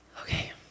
Okay